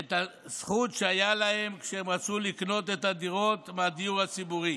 הפסידו את הזכות שהייתה להם כשהם רצו לקנות את הדירות מהדיור הציבורי.